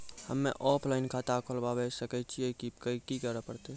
हम्मे ऑफलाइन खाता खोलबावे सकय छियै, की करे परतै?